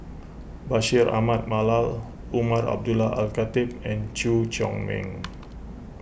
Bashir Ahmad Mallal Umar Abdullah Al Khatib and Chew Chor Meng